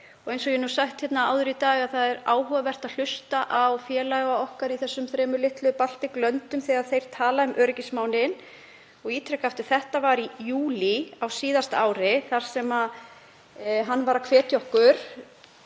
Eins og ég hef sagt hér áður í dag þá er áhugavert að hlusta á félaga okkar í þessum þremur litlu Baltic-löndum þegar þeir tala um öryggismálin. Ég ítreka aftur: Þetta var í júlí á síðasta ári og hann var að hvetja okkur